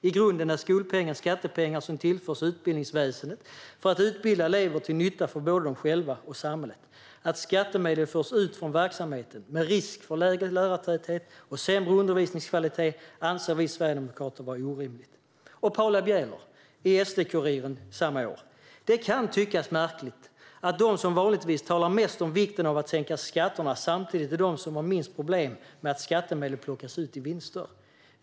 I grunden är skolpengen skattepengar som tillförs utbildningsväsendet för att utbilda elever till nytta för både dem själva och samhället. Att skattemedel förs ut från verksamheten, säger han vidare, med risk för lägre lärartäthet och sämre undervisningskvalitet, anser vi sverigedemokrater vara orimligt. Och Paula Bieler säger i SD-Kuriren samma år: Det kan tyckas märkligt att de som vanligtvis talar mest om vikten av att sänka skatterna samtidigt är de som har minst problem med att skattemedel plockas ut i vinster.